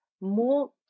more